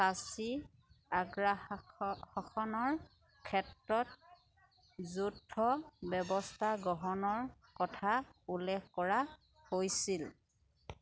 পাৰ্চীৰ আগ্ৰাসনৰ ক্ষেত্ৰত যৌথ ব্যৱস্থা গ্ৰহণৰ কথা উল্লেখ কৰা হৈছিল